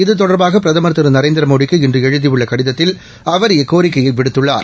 இது தொடர்பாக பிரதமர் திரு நரேந்திரமோடிக்கு இன்று எழுதியுள்ள கடிதத்தில் அவர் இக்கோரிக்கையை விடுத்துள்ளார்